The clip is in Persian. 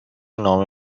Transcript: نامه